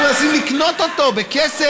ככה אומרים, שאנחנו מנסים לקנות אותו בכסף.